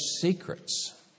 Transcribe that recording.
secrets